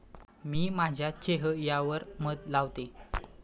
मी माझ्या चेह यावर मध लावते